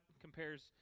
compares